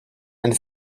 and